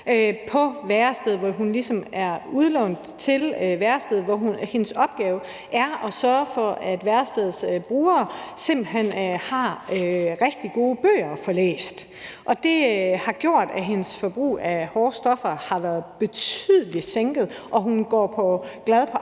et værested, som hun ligesom er udlånt til, og hvor hendes opgave simpelt hen er at sørge for, at værestedets brugere har rigtig gode bøger at få læst. Det har gjort, at hendes forbrug af hårde stoffer har været sænket betydeligt, og hun går glad på arbejde